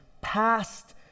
past